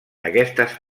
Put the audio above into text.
aquestes